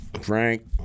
Frank